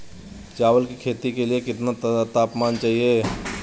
चावल की खेती के लिए कितना तापमान चाहिए?